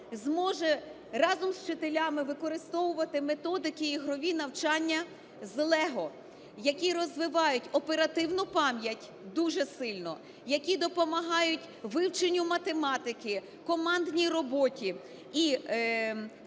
зможе разом з вчителями використовувати методики ігрові навчання з "Лего", який розвиває оперативну пам'ять, дуже сильно, який допомагає вивченню математики, командній роботі.